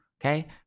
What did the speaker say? okay